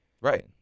Right